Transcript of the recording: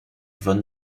von